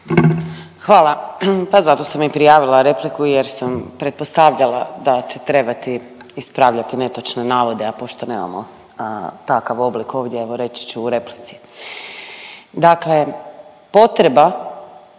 Hvala. Pa zato sam i prijavila repliku jer sam pretpostavljala da će trebati ispravljati netočne navode, a pošto nemamo takav oblik ovdje evo reći ću u replici. Dakle, potreba